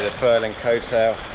furling coattail,